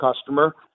customer